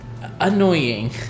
annoying